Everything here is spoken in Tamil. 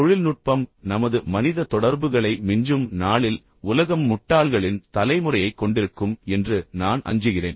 தொழில்நுட்பம் நமது மனித தொடர்புகளை மிஞ்சும் நாளில் உலகம் முட்டாள்களின் தலைமுறையைக் கொண்டிருக்கும் என்று நான் அஞ்சுகிறேன்